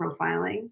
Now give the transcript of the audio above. profiling